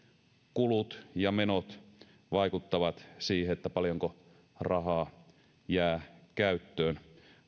kulut ja menot vaikuttavat siihen paljonko rahaa jää käyttöön